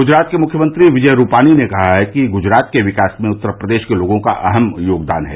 गुजरात के मुख्यमंत्री विजय रूपानी ने कहा है कि गुजरात के विकास में उत्तर प्रदेश के लोगों का अहम योगदान है